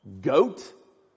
Goat